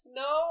no